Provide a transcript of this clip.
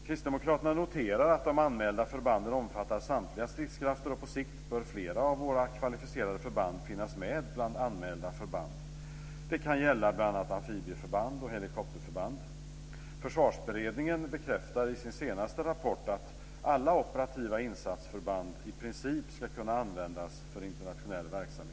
Kristdemokraterna noterar att de anmälda förbanden omfattar samtliga stridskrafter, och på sikt bör flera av våra kvalificerade förband finnas med bland anmälda förband. Det kan gälla bl.a. amfibieförband och helikopterförband. Försvarsberedningen bekräftade i sin senaste rapport att alla operativa insatsförband i princip ska kunna användas för internationell verksamhet.